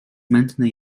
mętne